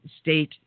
state